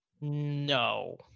No